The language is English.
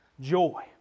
joy